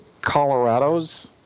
Colorado's